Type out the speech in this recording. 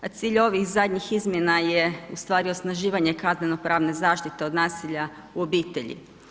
Cilj ovih zadnjih izmjena je ustvari osnaživanje kaznenopravne zaštite od nasilja u obitelji.